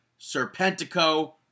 Serpentico